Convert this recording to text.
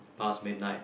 past midnight